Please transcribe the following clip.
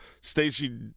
Stacey